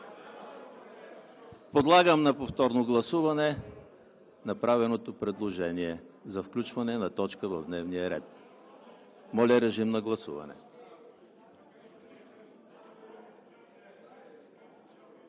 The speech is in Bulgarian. Подлагам на повторно гласуване направеното предложение за включване на точка в дневния ред. Гласували